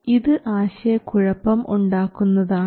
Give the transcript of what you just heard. ഇത് ആശയക്കുഴപ്പം ഉണ്ടാക്കുന്നതാണ്